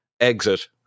exit